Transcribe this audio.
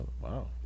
Wow